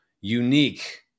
unique